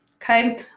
Okay